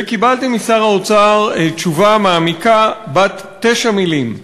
וקיבלתי משר האוצר תשובה מעמיקה בת תשע מילים: